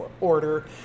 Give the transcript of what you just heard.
order